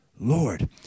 Lord